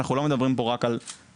אנחנו לא מדברים פה רק על מקוון,